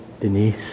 Denise